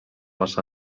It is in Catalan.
les